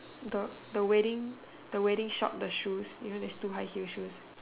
the the wedding the wedding shop the shoes you know there's two high heels shoes